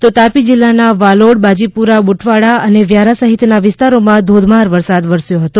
તો તાપી જીલ્લાના વાલોડ બાજીપુરા બુટવાડા અને વ્યારા સહિતના વિસ્તારોમાં ધોધમાર વરસાદ વરસ્યો હતો